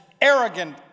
arrogant